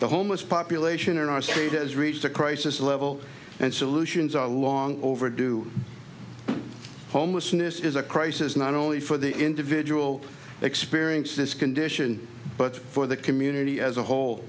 the homeless population in our state has reached a crisis level and solutions are long overdue homelessness is a crisis not only for the individual experience this condition but for the community as a whole